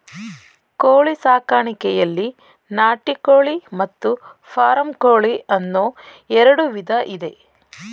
ಕೋಳಿ ಸಾಕಾಣಿಕೆಯಲ್ಲಿ ನಾಟಿ ಕೋಳಿ ಮತ್ತು ಫಾರಂ ಕೋಳಿ ಅನ್ನೂ ಎರಡು ವಿಧ ಇದೆ